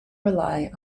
rely